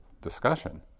discussion